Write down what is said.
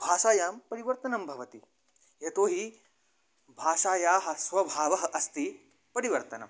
भाषायां परिवर्तनं भवति यतोहि भाषायाः स्वभावः अस्ति परिवर्तनं